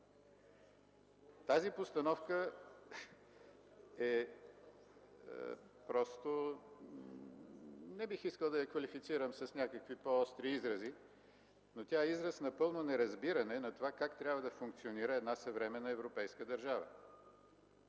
Тази постановка не бих искал да я квалифицирам с някакви по-остри изрази, но тя е израз на пълно неразбиране на това, как трябва да функционира една съвременна европейска държава.